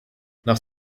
nach